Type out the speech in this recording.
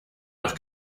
noch